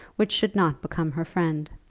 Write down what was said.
which should not become her friend.